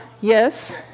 Yes